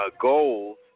goals